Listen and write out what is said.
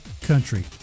country